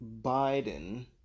Biden